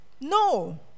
no